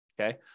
okay